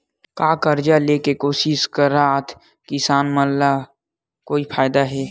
का कर्जा ले के कोशिश करात किसान मन ला कोई फायदा हे?